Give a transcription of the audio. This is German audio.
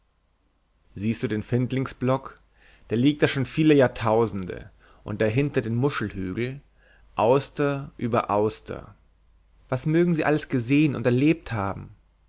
siehst du den findlingsblock der liegt da schon viele jahrtausende und dahinter den muschelhügel auster über auster was mögen sie alles gesehn und erlebt haben